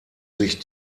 sich